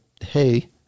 Hey